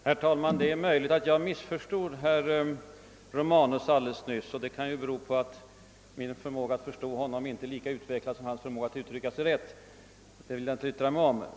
Herr talman! Det är möjligt att jag missförstod herr Romanus = alldeles nyss. Det kan ju bero på att min förmåga att förstå honom inte är lika utvecklad som hans förmåga att uttrycka sig rätt — det vill jag inte yttra mig om.